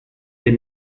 des